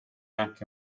anche